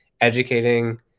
educating